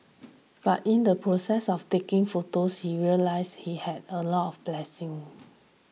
but in the process of taking photos he realised he had a lot blessings